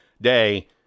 day